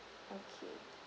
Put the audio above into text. okay